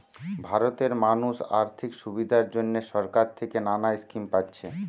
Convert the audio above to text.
ভারতের মানুষ আর্থিক সুবিধার জন্যে সরকার থিকে নানা স্কিম পাচ্ছে